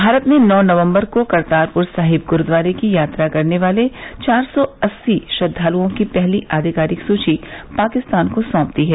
भारत ने नौ नवम्बर को करतारपुर साहिब गुरुद्वारे की यात्रा करने वाले चार सौ अस्सी श्रद्वलुओं की पहली अधिकारिक सूची पाकिस्तान को सौंप दी है